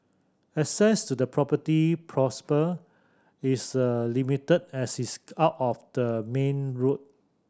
access to the property prosper is limited as its out off the main road